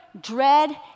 dread